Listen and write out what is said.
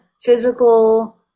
physical